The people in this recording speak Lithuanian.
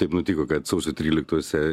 taip nutiko kad sausio tryliktose